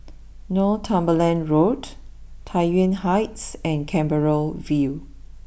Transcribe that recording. Northumberland Road Tai Yuan Heights and Canberra view